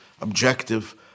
objective